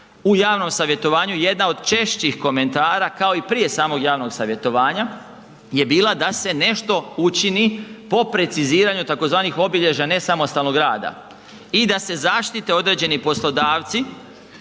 u javnom savjetovanju jedna od češćih komentara, kao i prije samog javnog savjetovanja je bila da se nešto učini po preciziranju tzv. obilježja nesamostalnog rada i da se zaštite određeni poslodavci